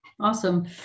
Awesome